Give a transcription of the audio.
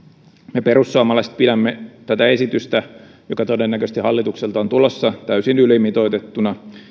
me perussuomalaiset pidämme tätä esitystä joka todennäköisesti hallitukselta on tulossa täysin ylimitoitettuna